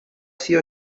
sido